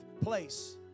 place